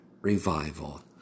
revival